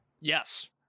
Yes